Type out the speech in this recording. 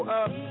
up